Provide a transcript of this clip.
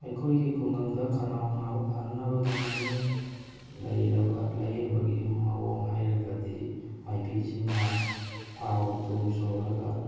ꯑꯩꯈꯣꯏꯒꯤ ꯈꯨꯡꯒꯪꯗ ꯈꯧꯅꯥꯎ ꯅꯥꯕ ꯐꯍꯟꯕꯒꯤ ꯃꯃꯤꯡ ꯂꯩꯔꯕ ꯂꯥꯏꯌꯦꯡꯕꯒꯤ ꯃꯑꯣꯡ ꯍꯥꯏꯔꯒꯗꯤ ꯃꯥꯏꯕꯤ ꯁꯤꯡꯅ ꯊꯥꯎ ꯊꯨꯝ ꯁꯣꯜꯂꯒ